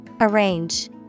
Arrange